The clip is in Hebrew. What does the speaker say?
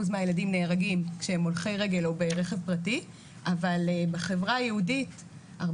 מהילדים נהרגים כשהם הולכי רגל או ברכב פרטי אבל בחברה היהודית 43%,